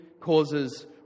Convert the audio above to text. causes